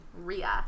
RIA